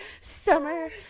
Summer